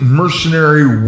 mercenary